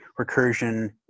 recursion